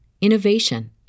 innovation